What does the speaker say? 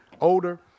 older